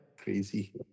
Crazy